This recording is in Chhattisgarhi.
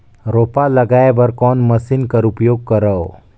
रोपा लगाय बर कोन मशीन कर उपयोग करव?